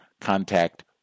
contact